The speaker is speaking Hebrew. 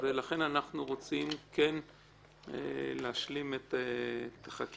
ולכן אנחנו רוצים כן להשלים את החקיקה.